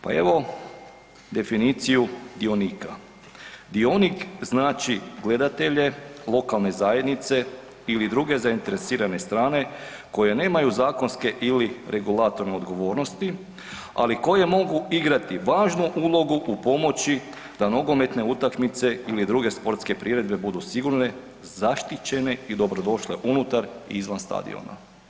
Pa evo definiciju dionika, dionik znači gledatelj je lokalne zajednice ili druge zainteresirane strane koje nemaju zakonske ili regulatorne odgovornosti ali koje mogu igrati važnu ulogu u pomoći da nogometne utakmice ili druge sportske priredbe budu sigurne, zaštićene i dobrodošle unutar i izvan stadiona.